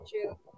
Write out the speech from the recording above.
True